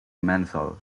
menthol